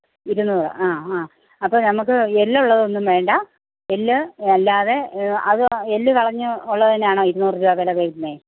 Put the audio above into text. ഇരുന്നൂറ് ആ ആ അപ്പം നമുക്ക് എല്ലൊള്ളതൊന്നും വേണ്ട എല്ല് അല്ലാതെ അത് എല്ല് കളഞ്ഞ് ഉള്ളത് തന്നെ ആണോ ഇരുന്നൂറ് രൂപ വില വരുന്നത്